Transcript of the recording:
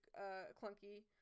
clunky